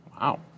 Wow